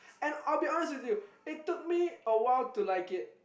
and I'll be honest with you it took me awhile to like it